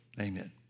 Amen